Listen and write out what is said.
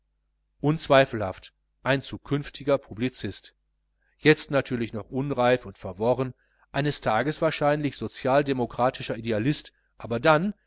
unzweifelhaft ein zukünftiger publizist jetzt natürlich noch unreif und verworren eines tages wahrscheinlich sozialdemokratischer idealist aber dann